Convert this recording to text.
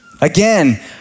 Again